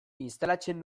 instalatzen